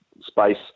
space